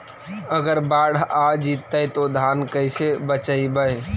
अगर बाढ़ आ जितै तो धान के कैसे बचइबै?